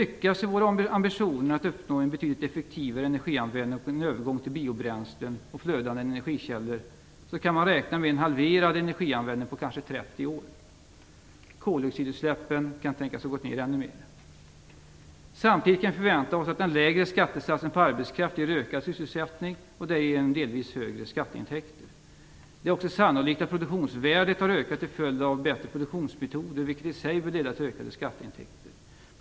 Koldioxidutsläppen kan tänkas ha gått ner ännu mer. Samtidigt kan vi förvänta oss att den lägre skattesatsen på arbetskraft ger ökad sysselsättning och därigenom delvis högre skatteintäkter. Det är också sannolikt att produktionsvärdet har ökat till följd av bättre produktionsmetoder, vilket i sig bör leda till ökade skatteintäkter.